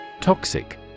Toxic